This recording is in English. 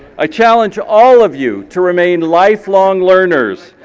i challenge all of you to remain lifelong learners.